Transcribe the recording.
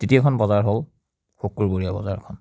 তৃতীয়খন বজাৰ হ'ল শুকুৰবৰীয়া বজাৰখন